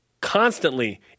constantly